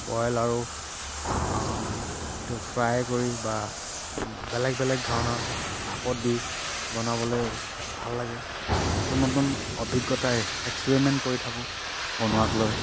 boil আৰু যিটো fry কৰি বা বেলেগ বেলেগ ধৰণৰ ভাপত দি বনাবলৈ ভাল লাগে নতুন নতুন অভিজ্ঞতাই এক্সপেৰিমেণ্ট কৰি থাকোঁ বনোৱাক লৈ